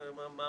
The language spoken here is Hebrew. מה